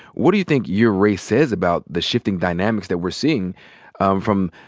what do you think your race says about the shifting dynamics that we're seeing um from,